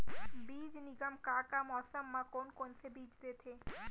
बीज निगम का का मौसम मा, कौन कौन से बीज देथे?